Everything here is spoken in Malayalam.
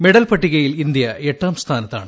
മെഡൽ പട്ടികയിൽ ഇന്ത്യ എട്ടാം സ്ഥാനത്താണ്